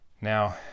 now